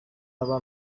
aba